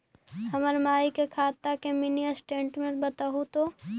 हमर माई के खाता के मीनी स्टेटमेंट बतहु तो?